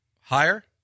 Higher